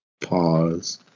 pause